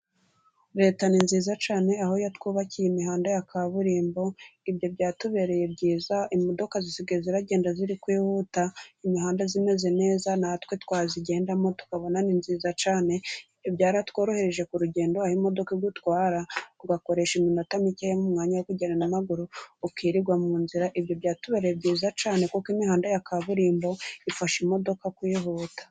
leta ni nziza cyane aho yatwubakiye imihanda ya kaburimbo ibyo byatubereye byiza, imodoka zisigaye ziragenda ziri kwihuta imihanda imeze neza, natwe tuyigendamo tukabona ni nziza cyane, ibyo byaratworohereje ku rugendo aho imodoka igutwara ugakoresha iminota mike m'umwanya wo kugenda n'amaguru ukirigwa mu nzira, ibyo byatubereye byiza cyane kuko imihanda ya kaburimbo ifasha imodoka kwihuta.